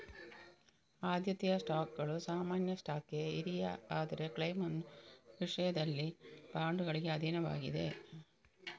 ಆದ್ಯತೆಯ ಸ್ಟಾಕ್ಗಳು ಸಾಮಾನ್ಯ ಸ್ಟಾಕ್ಗೆ ಹಿರಿಯ ಆದರೆ ಕ್ಲೈಮ್ನ ವಿಷಯದಲ್ಲಿ ಬಾಂಡುಗಳಿಗೆ ಅಧೀನವಾಗಿದೆ